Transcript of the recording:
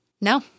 No